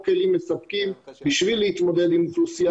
כלים מספקים בשביל להתמודד עם אוכלוסיית המסתננים.